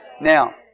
Now